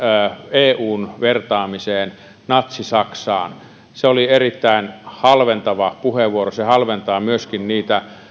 eun vertaamiseen natsi saksaan se oli erittäin halventava puheenvuoro se halventaa myöskin niitä